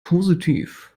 positiv